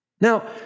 Now